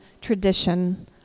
tradition